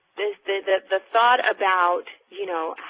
the thought about you know,